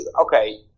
Okay